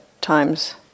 times